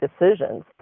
decisions